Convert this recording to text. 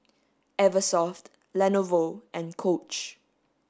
Eversoft Lenovo and Coach